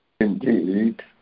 Indeed